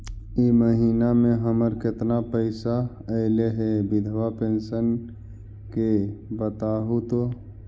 इ महिना मे हमर केतना पैसा ऐले हे बिधबा पेंसन के बताहु तो?